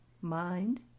mind